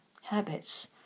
Habits